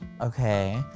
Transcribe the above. Okay